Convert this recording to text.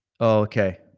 Okay